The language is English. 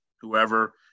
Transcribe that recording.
whoever